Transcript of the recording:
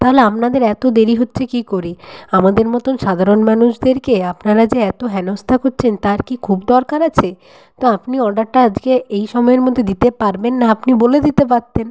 তাহলে আপনাদের এত দেরি হচ্ছে কী করে আমাদের মতন সাধারণ মানুষদেরকে আপনারা যে এত হেনস্তা করছেন তার কী খুব দরকার আছে তো আপনি অর্ডারটা আজকে এই সময়ের মধ্যে দিতে পারবেন না আপনি বলে দিতে পারতেন